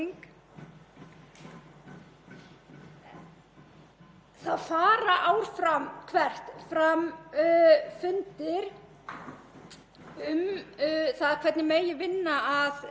um það hvernig megi vinna að framgöngu þessa samnings. Því miður hefur Ísland ekki sent fulltrúa sinn,